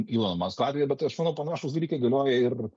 ilono masko atvejį bet aš manau panašūs dalykai galioja ir